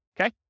Okay